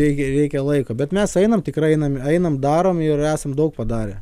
reikia ir reikia laiko bet mes einam tikrai einam einam darom ir esam daug padarę